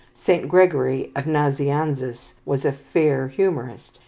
saint gregory of nazianzus was a fair humourist,